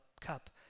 cup